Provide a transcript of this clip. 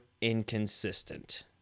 inconsistent